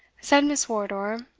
said miss wardour,